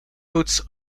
puts